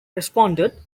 responded